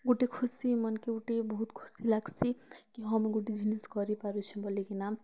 ଗୋଟେ ଖୁସି ମନ୍କେ ଗୋଟେ ବହୁତ୍ ଖୁସି ଲାଗ୍ସି କି ହଁ ମୁଁ ଗୋଟେ ଜିନିଷ୍ କରିପାରୁଚେଁ ବଲିକିନା